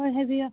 ꯍꯣꯏ ꯍꯥꯏꯕꯤꯌꯣ